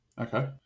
Okay